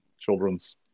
children's